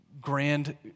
grand